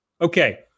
Okay